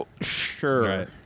Sure